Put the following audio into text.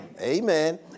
Amen